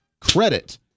credit